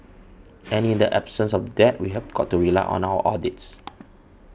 and in the absence of that we've got to rely on our audits